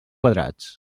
quadrats